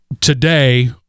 today